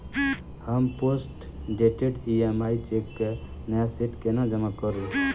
हम postdated EMI cheque केँ नया सेट केना जमा करू?